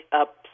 up